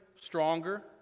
stronger